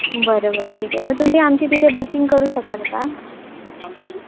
बरं बरं ठीके मं तुम्ही आमची तिथे बुकिंग करू शकाल का